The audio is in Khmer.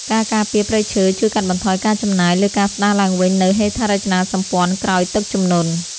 ការការពារព្រៃឈើជួយកាត់បន្ថយការចំណាយលើការស្តារឡើងវិញនូវហេដ្ឋារចនាសម្ព័ន្ធក្រោយទឹកជំនន់។